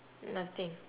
nothing